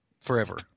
Forever